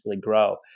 grow